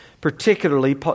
particularly